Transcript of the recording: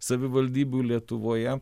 savivaldybių lietuvoje